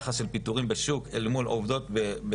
היחס של הפיטורים בשוק אל מול עובדות בהיריון.